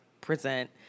present